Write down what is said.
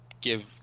give